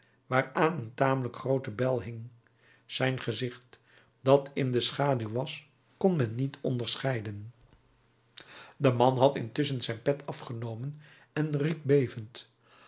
waaraan een tamelijk groote bel hing zijn gezicht dat in de schaduw was kon men niet onderscheiden de man had intusschen zijn pet afgenomen en riep bevend